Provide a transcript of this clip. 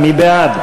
חשבות,